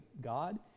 god